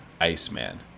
Iceman